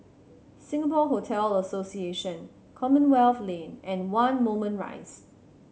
Singapore Hotel Association Commonwealth Lane and One Moulmein Rise